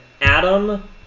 Adam